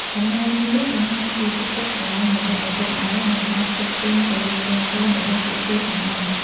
អំណោយមួយនេះបង្ហាញពីទឹកចិត្តស្រឡាញ់របស់ឪពុកម្ដាយ និងការផ្គត់ផ្គង់ទៅលើកូនៗរបស់ពួកគេផងដែរ។